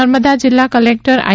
નર્મદા જિલ્લા collector I